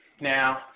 Now